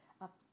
up